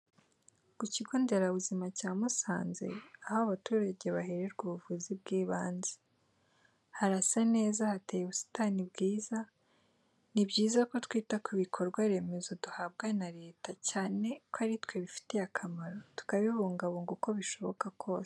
Ku kigo ndera buzima cya Musanze, aho abaturage bahererwa ubuvuzi bw'ibanze. Harasa neza hateye ubusitani bwiza, ni byiza ko twita ku bikorwa remezo duhabwa na Leta cyane ko ari twe bifitiye akamaro, tukabibungabunga uko bishoboka kose.